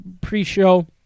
pre-show